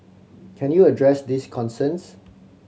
can you address these concerns